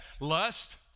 lust